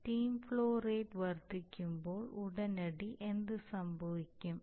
steam flow rate വർദ്ധിക്കുമ്പോൾ ഉടനടി എന്ത് സംഭവിക്കും